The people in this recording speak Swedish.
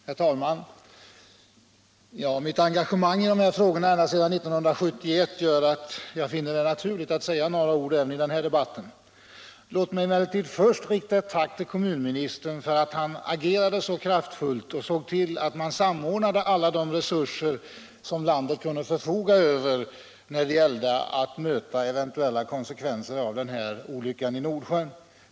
Herr talman! Mitt engagemang i de här frågorna ända sedan 1971 gör att jag finner det naturligt att säga några ord även i den här debatten. Låt mig emellertid först rikta ett tack till kommunministern för att han agerade så kraftfullt och såg till att man samordnade alla de resurser som landet kan förfoga över när det gällde att möta eventuella konsekvenser av den här olyckan i Nordsjön.